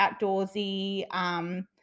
outdoorsy